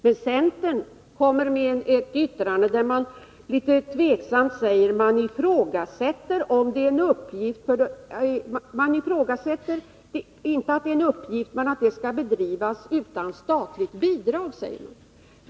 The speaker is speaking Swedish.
Men centern kommer med ett yttrande där det sägs litet tveksamt att man inte ifrågasätter om det är en uppgift för de fackliga organisationerna att ge stöd till arbetskamrater med alkoholproblem, men man anser att det arbetet skall bedrivas utan statligt bidrag.